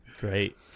Great